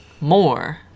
more